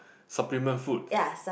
supplement food